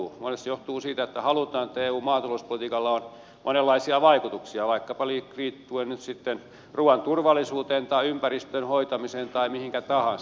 monesti se johtuu siitä että halutaan että eun maatalouspolitiikalla on monenlaisia vaikutuksia vaikkapa liittyen nyt sitten ruuan turvallisuuteen tai ympäristön hoitamiseen tai mihinkä tahansa